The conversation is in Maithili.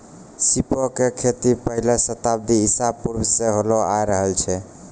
सीपो के खेती पहिले शताब्दी ईसा पूर्वो से होलो आय रहलो छै